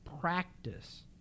practice